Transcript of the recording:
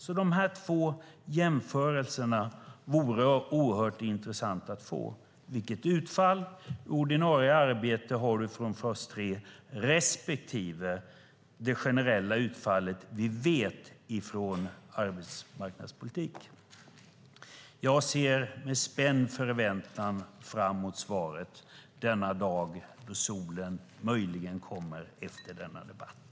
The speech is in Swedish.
Dessa båda jämförelser vore oerhört intressanta att få, alltså vilket utfall i ordinarie arbete du har fått av fas 3 respektive det generella utfall vi känner till av arbetsmarknadspolitik. Jag ser med spänd förväntan fram emot svaret denna dag, då solen möjligen kommer efter denna debatt.